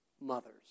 mothers